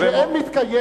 חבר הכנסת חסון,